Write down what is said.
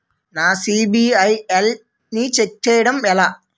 నా సిబిఐఎల్ ని ఛెక్ చేయడం ఎలా?